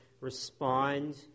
respond